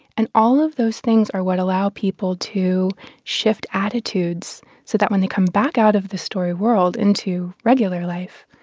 and all of those things are what allow people to shift attitudes so that when they come back out of the story world into regular life,